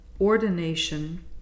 ordination